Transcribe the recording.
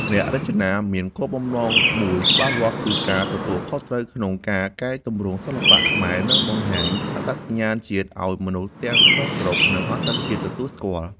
អ្នករចនាមានគោលបំណងមួយច្បាស់លាស់ គឺការទទួលខុសត្រូវក្នុងការកែទម្រង់សិល្បៈខ្មែរ និងបង្ហាញអត្តសញ្ញាណជាតិឲ្យមនុស្សទាំងក្នុងស្រុក និងអន្តរជាតិទទួលស្គាល់។